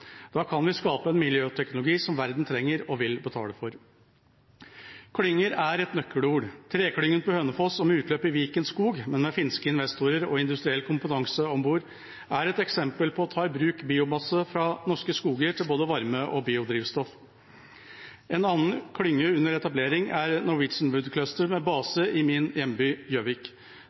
Da kan vi skape en miljøteknologi som verden trenger – og vil betale for. Klynger er et nøkkelord. Treklyngen på Hønefoss med utløp i Viken Skog, men med finske investorer og industriell kompetanse om bord, er et eksempel på å ta i bruk biomasse fra norske skoger til både varme og biodrivstoff. En annen klynge under etablering er Norwegian Wood Cluster med base i min hjemby, Gjøvik.